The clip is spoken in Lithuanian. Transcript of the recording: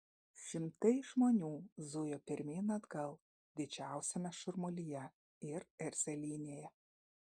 šimtai žmonių zujo pirmyn atgal didžiausiame šurmulyje ir erzelynėje